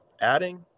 adding